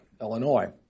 Illinois